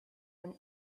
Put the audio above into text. one